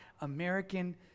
American